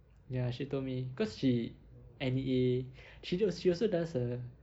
ya she told me cause she N_E_A she al~ she also does the